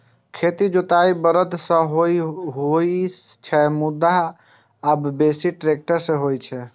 खेतक जोताइ बरद सं सेहो होइ छै, मुदा आब बेसी ट्रैक्टर सं होइ छै